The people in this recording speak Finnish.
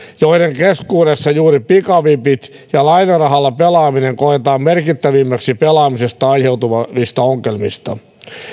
joiden keskuudessa juuri pikavipit ja lainarahalla pelaaminen koetaan merkittävimmäksi pelaamisesta aiheutuvista ongelmista